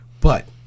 But-